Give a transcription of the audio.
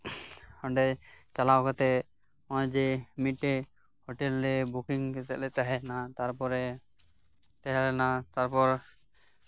ᱚᱸᱰᱮ ᱪᱟᱞᱟᱣ ᱠᱟᱛᱮᱫ ᱦᱚᱸᱜᱼᱚᱭ ᱡᱮ ᱢᱤᱫᱴᱮᱱ ᱦᱳᱴᱮᱞ ᱞᱮ ᱵᱩᱠᱤᱝ ᱠᱟᱛᱮᱫ ᱞᱮ ᱛᱟᱦᱮᱸᱭᱮᱱᱟ ᱛᱟᱨᱯᱚᱨᱮ ᱛᱟᱦᱮᱸᱞᱮᱱᱟ ᱛᱟᱨᱯᱚᱨ